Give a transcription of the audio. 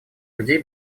людей